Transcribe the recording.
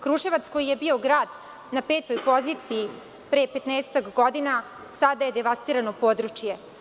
Kruševac, koji je bio grad na petoj poziciji pre petnaestak godina, sada je devastirano područje.